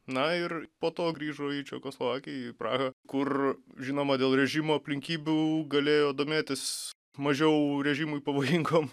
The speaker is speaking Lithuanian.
na ir po to grįžo į čekoslovakiją į prahą kur žinoma dėl režimo aplinkybių galėjo domėtis mažiau režimui pavojingom